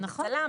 מאיחוד הצלה,